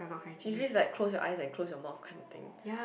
usually it's like close your eyes and close your mouth kinda thing